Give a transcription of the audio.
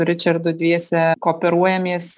ričardu dviese kooperuojamės